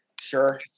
sure